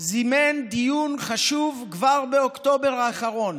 כבר באוקטובר האחרון